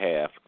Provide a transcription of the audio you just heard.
half